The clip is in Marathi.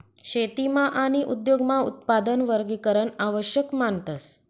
शेतीमा आणि उद्योगमा उत्पादन वर्गीकरण आवश्यक मानतस